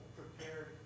prepared